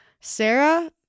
Sarah